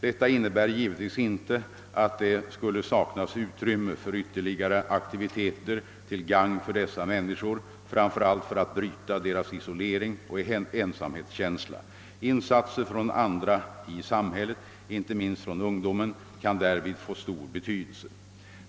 Detta innebär givetvis inte att det skulle saknas utrymme för ytterligare aktivi teter till gagn för dessa människor, framför allt för att bryta deras isolering och ensamhetskänsla. Insatser från andra i samhället, inte minst från ungdomen, kan därvid få stor betydelse.